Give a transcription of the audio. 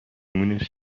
مونس